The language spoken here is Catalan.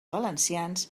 valencians